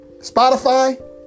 Spotify